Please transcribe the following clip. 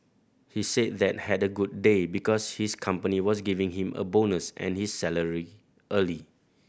he said that had a good day because his company was giving him a bonus and his salary early